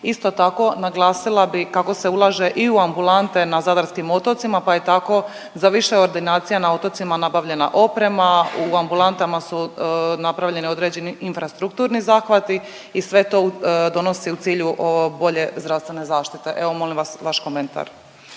Isto tako naglasila bi kako se ulaže i u ambulante na zadarskim otocima pa je tako za više ordinacija na otocima nabavljena oprema u ambulantama su napravljeni određeni infrastrukturni zahvati i sve to donosi u cilju bolje zdravstvene zaštite. Evo, molim vas vaš komentar.